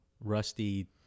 rusty